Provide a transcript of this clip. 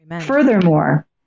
Furthermore